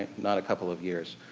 not a couple of years.